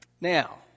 Now